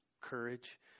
courage